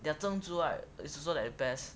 their 珍珠 right is also the best